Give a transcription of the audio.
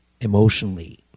emotionally